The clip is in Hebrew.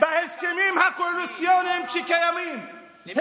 בהסכמים הקואליציוניים שקיימים,